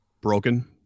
broken